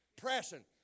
Pressing